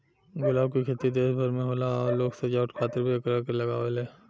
गुलाब के खेती देश भर में होला आ लोग सजावट खातिर भी एकरा के लागावेले